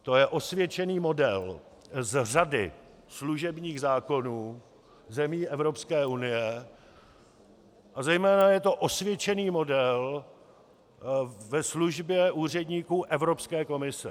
To je osvědčený model z řady služebních zákonů zemí Evropské unie a zejména je to osvědčený model ve službě úředníků Evropské komise.